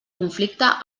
conflicte